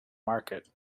market